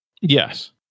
Yes